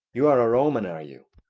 you are a roman, are you?